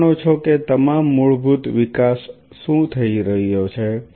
તમે જાણો છો કે તમામ મૂળભૂત વિકાસ શું થઈ રહ્યો છે